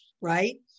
Right